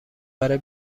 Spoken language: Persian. برای